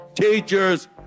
teachers